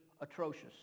atrocious